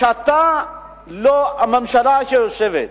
כשהממשלה שיושבת